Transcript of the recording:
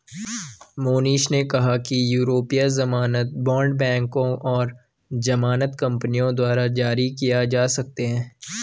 मोहनीश ने कहा कि यूरोपीय ज़मानत बॉण्ड बैंकों और ज़मानत कंपनियों द्वारा जारी किए जा सकते हैं